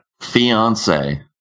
Fiance